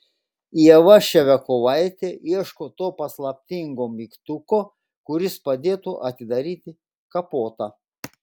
ieva ševiakovaitė ieško to paslaptingo mygtuko kuris padėtų atidaryti kapotą